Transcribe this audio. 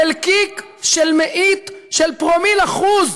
חלקיק של מאית של פרומיל אחוז.